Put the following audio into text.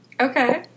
Okay